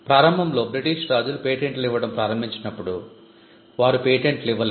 ప్రారంభంలో బ్రిటీష్ రాజులు పేటెంట్లు ఇవ్వడం ప్రారంభించినప్పుడు వారు పేటెంట్లు ఇవ్వలేదు